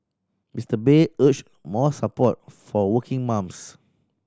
Mister Bay urged more support for working mums